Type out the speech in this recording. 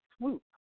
swoop